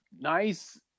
nice